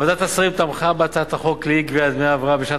ועדת השרים תמכה בהצעת החוק לאי-גביית דמי ההבראה בשנת